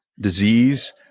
disease